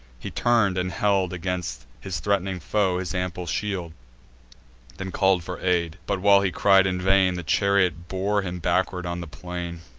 he turn'd, and held against his threat'ning foe his ample shield then call'd for aid but, while he cried in vain, the chariot bore him backward on the plain.